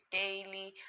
daily